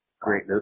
great